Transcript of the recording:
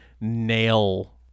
nail